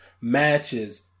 matches